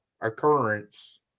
occurrence